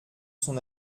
son